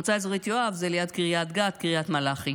מועצה אזורית יואב זה ליד קריית גת, קריית מלאכי.